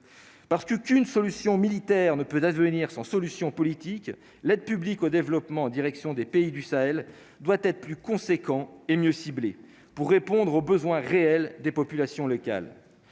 Parce que qu'une solution militaire ne peut advenir sans solution politique, l'aide publique au développement, en direction des pays du Sahel doit être plus conséquent et mieux ciblée pour répondre aux besoins réels des populations locales,